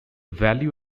value